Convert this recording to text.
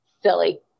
silly